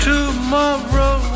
Tomorrow